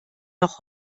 noch